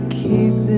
keep